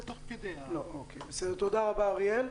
תודה רבה, אריאל.